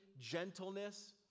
gentleness